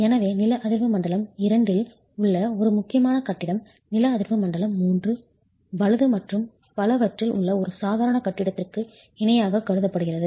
எனவே நில அதிர்வு மண்டலம் II இல் உள்ள ஒரு முக்கியமான கட்டிடம் நில அதிர்வு மண்டலம் III வலது மற்றும் பலவற்றில் உள்ள ஒரு சாதாரண கட்டிடத்திற்கு இணையாக கருதப்படுகிறது